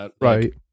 right